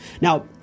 Now